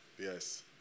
Yes